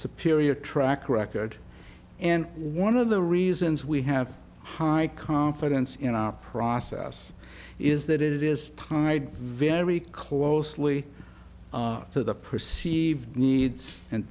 superior track record and one of the reasons we have high confidence in our process is that it is tied very closely to the perceived needs and